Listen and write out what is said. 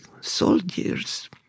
soldiers